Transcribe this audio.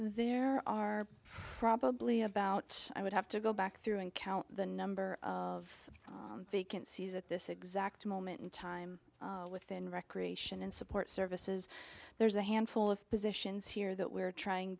there are probably about i would have to go back through and count the number of vacancies at this exact moment in time within recreation and support services there's a handful of positions here that we're trying